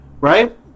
right